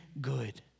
good